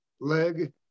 leg